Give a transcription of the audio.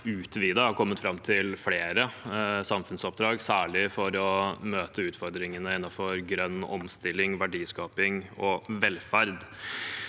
og kommet fram til flere samfunnsoppdrag, særlig for å møte utfordringene innenfor grønn omstilling, verdiskaping og velferd.